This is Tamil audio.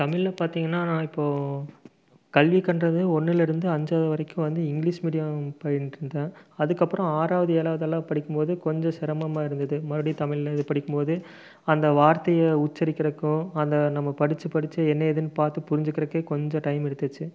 தமிழில் பார்த்தீங்கன்னா நான் இப்போது கல்வி கன்றதே ஒன்றுலேர்ந்து அஞ்சாவது வரைக்கும் வந்து இங்கிலிஷ் மீடியம் பயின்றதுதான் அதுக்கப்புறம் ஆறாவது ஏழாவதெல்லாம் படிக்கும்போது கொஞ்சம் சிரமமாக இருந்தது மறுபடி தமிழில் இது படிக்கும்போது அந்த வார்த்தையை உச்சரிக்கறதுக்கோ அந்த நம்ம படித்து படித்து என்ன ஏதுன்னு பார்த்து புரிஞ்சிக்குதுறக்கே கொஞ்சம் டைம் எடுத்துச்சு